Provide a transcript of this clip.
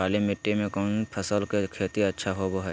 काली मिट्टी में कौन फसल के खेती अच्छा होबो है?